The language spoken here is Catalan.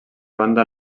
banda